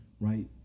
right